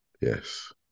Yes